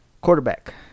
Quarterback